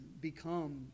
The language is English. become